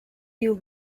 you